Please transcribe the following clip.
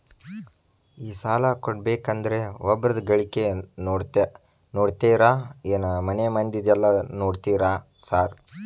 ಈ ಸಾಲ ಕೊಡ್ಬೇಕಂದ್ರೆ ಒಬ್ರದ ಗಳಿಕೆ ನೋಡ್ತೇರಾ ಏನ್ ಮನೆ ಮಂದಿದೆಲ್ಲ ನೋಡ್ತೇರಾ ಸಾರ್?